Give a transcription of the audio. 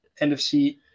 NFC